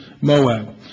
Moab